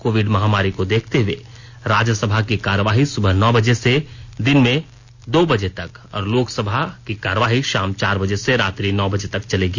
Covid महामारी को देखते हुए राज्यसभा की कार्यवाही सुबह नौ बजे से दिन में दो बजे तक और लोकसभा कार्यवाही शाम चार बजे से रात्रि नौ बजे तक चलेगी